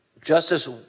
Justice